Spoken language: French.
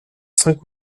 cinq